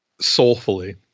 Soulfully